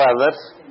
others